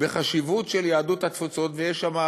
בחשיבות של יהדות התפוצות, ויש שם,